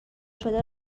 شده